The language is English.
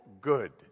good